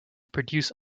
produce